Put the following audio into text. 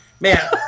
Man